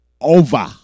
over